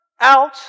out